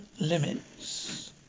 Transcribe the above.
limits